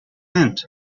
meant